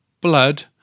blood